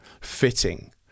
fitting